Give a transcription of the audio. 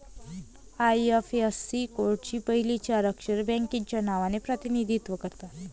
IFSC कोडची पहिली चार अक्षरे बँकेच्या नावाचे प्रतिनिधित्व करतात